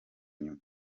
inyuma